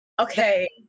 Okay